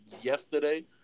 yesterday